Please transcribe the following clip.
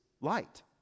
light